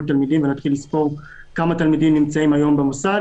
תלמידים ולהתחיל לספור כמה תלמידים נמצאים היום במוסד.